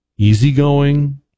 easygoing